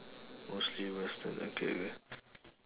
mostly western okay K